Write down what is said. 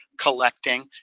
collecting